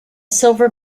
silver